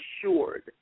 assured